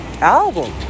album